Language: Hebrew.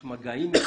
יש מגעים?